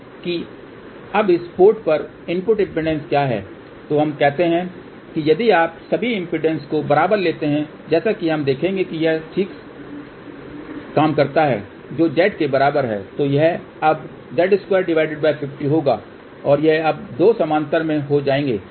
तो अब इस पोर्ट पर इनपुट इम्पीडेन्स क्या है तो हम कहते हैं कि यदि आप सभी इम्पीडेन्स को बराबर लेते हैं जैसा कि हम देखेंगे कि यह ठीक काम करता है जो Z के बराबर है तो यह अब Z250 होगा और यह अब 2 समानांतर में हो जायेगें हैं